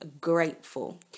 grateful